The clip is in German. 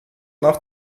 nach